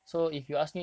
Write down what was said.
I see